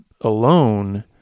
alone